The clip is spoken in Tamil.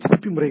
முறைகள் உள்ளன